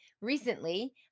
recently